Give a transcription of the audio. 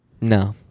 No